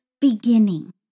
beginning